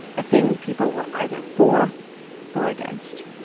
a thing people were either for or against.